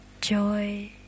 joy